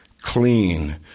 clean